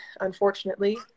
unfortunately